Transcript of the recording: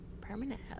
permanent